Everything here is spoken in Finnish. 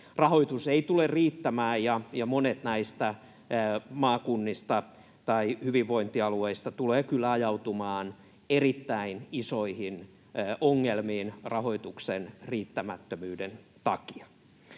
Rahoitus ei tule riittämään, ja monet näistä maakunnista tai hyvinvointialueista tulevat kyllä ajautumaan erittäin isoihin ongelmiin rahoituksen riittämättömyyden takia.